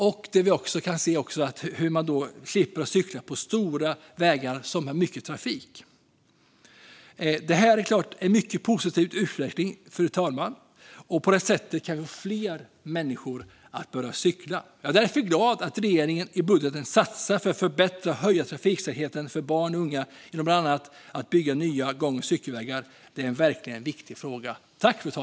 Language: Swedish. Vi kan också se hur man då slipper cykla på stora vägar med mycket trafik. Det är klart att detta är en mycket positiv utveckling, fru talman. På detta sätt kan vi få fler människor att börja cykla. Jag är därför glad att regeringen i budgeten satsar på att förbättra och höja trafiksäkerheten för barn och unga genom bland annat byggande av nya gång och cykelvägar. Detta är verkligen en viktig fråga.